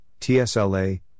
TSLA